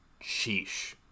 sheesh